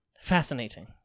fascinating